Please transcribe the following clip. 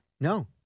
no